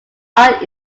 art